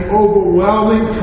overwhelming